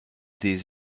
des